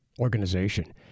organization